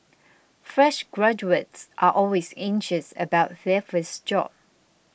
fresh graduates are always anxious about their first job